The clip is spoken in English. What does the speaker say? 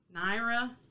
naira